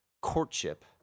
courtship